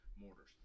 mortars